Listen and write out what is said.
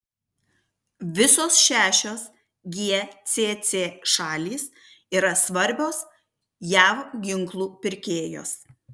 visos šešios gcc šalys yra svarbios jav ginklų pirkėjos